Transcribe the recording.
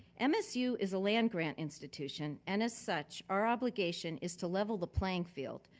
msu is a land grant institution and as such our obligation is to level the playing field,